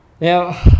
Now